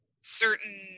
certain